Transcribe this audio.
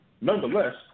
Nonetheless